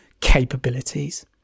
capabilities